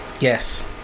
Yes